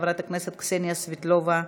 חברת הכנסת קסניה סבטלובה,